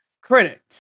credits